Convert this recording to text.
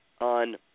on